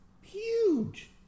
huge